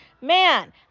Man